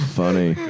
funny